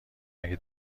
اگه